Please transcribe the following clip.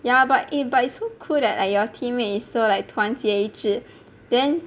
ya but eh but it's so cool that like your team mate is so like 团结一致 then